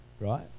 right